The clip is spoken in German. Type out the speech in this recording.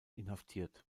inhaftiert